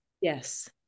Yes